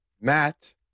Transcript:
Matt